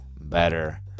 better